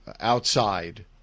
outside